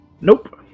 Nope